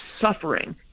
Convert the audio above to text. suffering